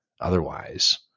otherwise